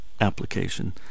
application